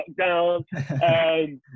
lockdown